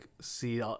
see